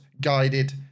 guided